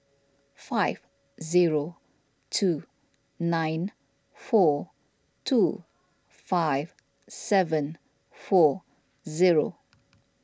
five zero two nine four two five seven four zero